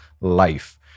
life